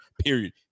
period